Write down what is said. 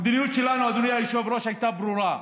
המדיניות שלנו, אדוני היושב-ראש, הייתה ברורה: